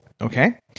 okay